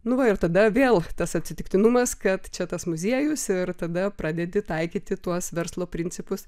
nu va ir tada vėl tas atsitiktinumas kad čia tas muziejus ir tada pradedi taikyti tuos verslo principus